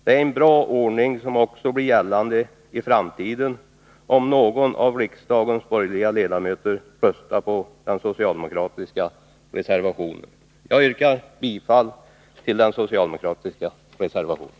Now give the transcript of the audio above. Det är en bra ordning, som också blir gällande i framtiden, om någon av riksdagens borgerliga ledamöter röstar på den socialdemokratiska reservationen. Jag yrkar bifall till den socialdemokratiska reservationen.